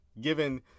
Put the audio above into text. given